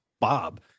Bob